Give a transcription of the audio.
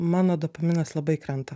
mano dopaminas labai krenta